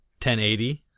1080